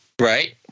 Right